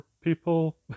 people